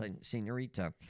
senorita